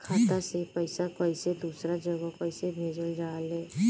खाता से पैसा कैसे दूसरा जगह कैसे भेजल जा ले?